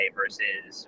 versus